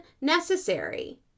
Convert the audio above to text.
necessary